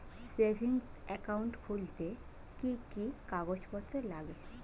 Savings account খুলতে কি কি কাগজপত্র লাগে?